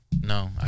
No